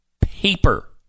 Paper